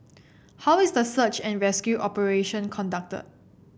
how is the search and rescue operation conducted